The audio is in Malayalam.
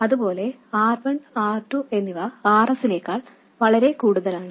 അതുപോലെ R 1 R 2 എന്നിവ R s നേക്കാൾ വളരെ കൂടുതലാണ്